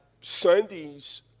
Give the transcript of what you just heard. Sundays